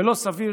ולא סביר